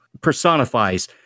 personifies